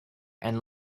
and